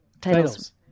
Titles